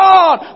God